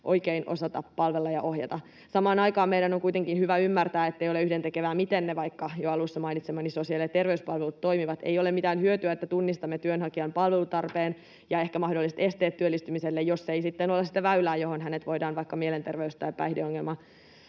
oikein osata palvella ja ohjata. Samaan aikaan meidän on kuitenkin hyvä ymmärtää, ettei ole yhdentekevää, miten vaikka ne jo alussa mainitsemani sosiaali- ja terveyspalvelut toimivat. Ei ole mitään hyötyä siitä, että tunnistamme työnhakijan palvelutarpeen ja ehkä mahdolliset esteet työllistymiselle, jos ei sitten ole sitä väylää, johon hänet voidaan vaikka mielenterveys- tai päihdeongelman